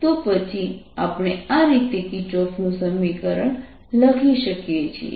તો પછી આપણે આ રીતે કિર્ચોફનું સમીકરણ લખી શકીએ છીએ